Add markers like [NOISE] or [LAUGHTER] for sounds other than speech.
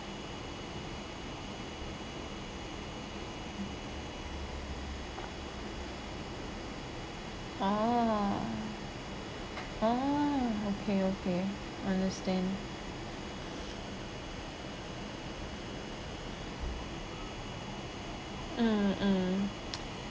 oh oh okay okay understand mm mm [NOISE]